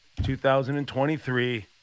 ...2023